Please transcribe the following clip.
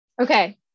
Okay